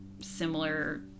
similar